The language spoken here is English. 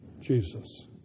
Jesus